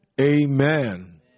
Amen